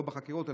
לא בחקירות,